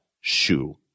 shoe